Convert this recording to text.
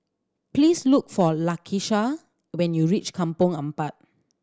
please look for Lakisha when you reach Kampong Ampat